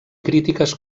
crítiques